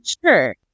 Sure